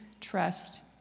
trust